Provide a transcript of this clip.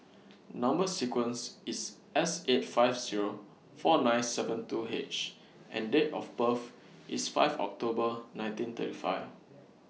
Number sequence IS S eight five Zero four nine seven two H and Date of birth IS five October nineteen thirty five